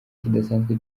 kidasanzwe